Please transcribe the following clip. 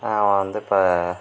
அவன் வந்து இப்போ